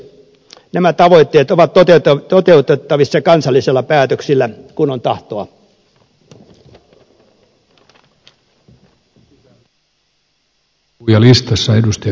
nämä tavoitteet ovat toteutettavissa kansallisilla päätöksillä kun on tahtoa